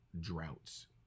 droughts